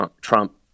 trump